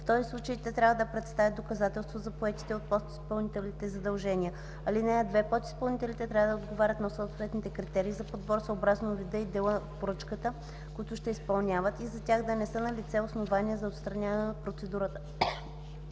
В този случай те трябва да представят доказателство за поетите от подизпълнителите задължения. (2) Подизпълнителите трябва да отговарят на съответните критерии за подбор съобразно вида и дела от поръчката, който ще изпълняват, и за тях да не са налице основания за отстраняване от процедурата.